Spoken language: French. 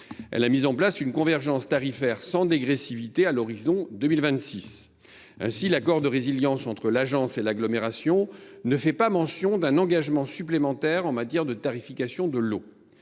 et a mis en place une convergence tarifaire sans dégressivité à l’horizon 2026. Ainsi, l’accord de résilience entre l’agence de l’eau et l’agglomération ne fait pas mention d’un engagement supplémentaire en matière de tarification de l’eau.